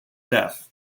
death